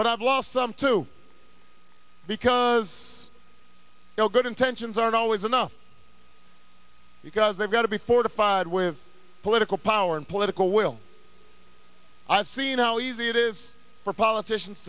but i've lost some too because you know good intentions aren't always enough because they've got to be fortified with political power and political will i've seen how easy it is for politicians